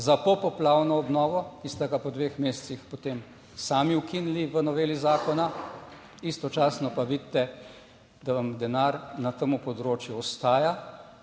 za popoplavno obnovo, ki ste ga po dveh mesecih potem sami ukinili v noveli zakona, istočasno pa vidite, da vam denar na tem področju ostaja.